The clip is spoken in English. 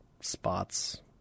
spots